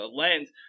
lens